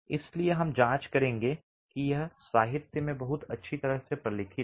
इसलिए हम जांच करेंगे कि यह साहित्य में बहुत अच्छी तरह से प्रलेखित है